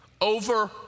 over